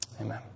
Amen